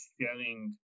sharing